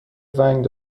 ونگ